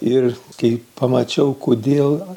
ir kai pamačiau kodėl